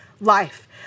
life